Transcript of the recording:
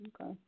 Okay